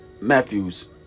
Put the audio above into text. Matthews